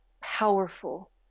powerful